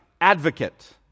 advocate